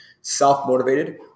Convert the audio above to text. self-motivated